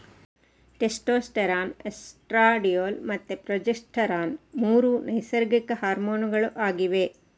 testosterone, estradiol ಮತ್ತೆ progesterone ಮೂರು ನೈಸರ್ಗಿಕ ಹಾರ್ಮೋನುಗಳು ಆಗಿವೆ